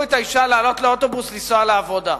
את האשה לעלות לאוטובוס ולנסוע לעבודה,